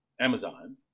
Amazon